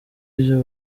ivyo